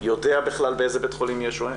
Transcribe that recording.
יודע בכלל באיזה בית חולים יש או אין,